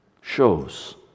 shows